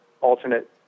alternate